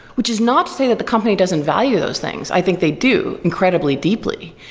which is not to say that the company doesn't value those things. i think they do incredibly deeply.